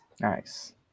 Nice